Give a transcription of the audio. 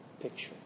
picture